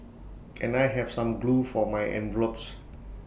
can I have some glue for my envelopes